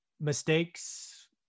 mistakes